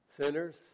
Sinners